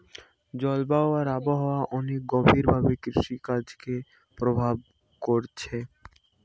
জলবায়ু আর আবহাওয়া অনেক গভীর ভাবে কৃষিকাজকে প্রভাব কোরছে